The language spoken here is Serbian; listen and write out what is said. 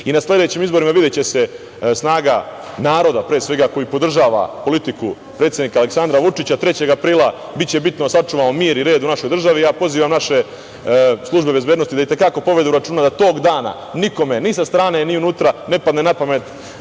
75%.Na sledećim izborima videće se snaga naroda pre svega koji podržava politiku predsednika Aleksandra Vučića. Biće bitno da 3. aprila sačuvamo mir i red u našoj državi. Pozivam naše službe bezbednosti da i te kako povedu računa da tog dana nikome ni sa strane, ni unutra ne padne na pamet